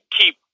keep